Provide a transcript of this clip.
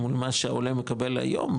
מול מה שהעולה מקבל היום,